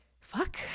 Fuck